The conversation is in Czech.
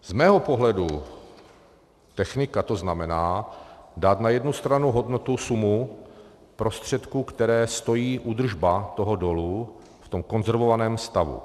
Z mého pohledu technika to znamená dát na jednu stranu hodnotu, sumu prostředků, které stojí údržba dolu v konzervovaném stavu.